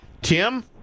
Tim